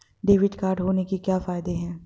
Debit card होने के क्या फायदे हैं?